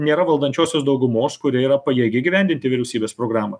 nėra valdančiosios daugumos kuri yra pajėgi įgyvendinti vyriausybės programą